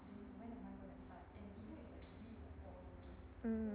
mm